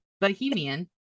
bohemian